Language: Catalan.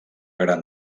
gran